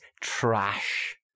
trash